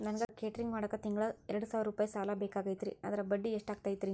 ನನಗ ಕೇಟರಿಂಗ್ ಮಾಡಾಕ್ ತಿಂಗಳಾ ಎರಡು ಸಾವಿರ ರೂಪಾಯಿ ಸಾಲ ಬೇಕಾಗೈತರಿ ಅದರ ಬಡ್ಡಿ ಎಷ್ಟ ಆಗತೈತ್ರಿ?